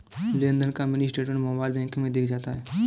लेनदेन का mini statement mobile banking में दिख जाता है